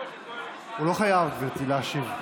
הוא לא חייב להשיב, גברתי.